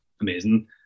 amazing